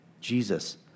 Jesus